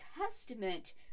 Testament